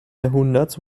jahrhunderts